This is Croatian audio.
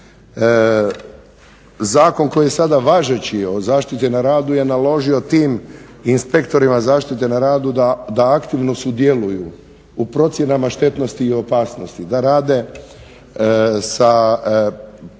Zakon koji je sada važeći zaštite na radu je naložio tim inspektorima zaštite na radu da aktivno sudjeluju u procjenama štetnosti i opasnosti, da rade sa